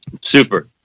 Super